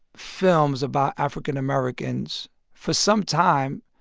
films about african-americans for some time,